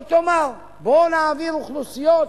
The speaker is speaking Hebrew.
לא תאמר: בוא נעביר אוכלוסיות,